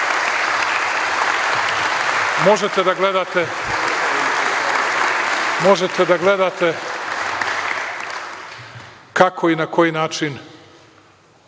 možete da gledate kako i na koji način